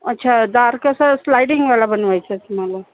अच्छा दार कसं स्लायडिंगवाला बनवायचं आहे तुम्हाला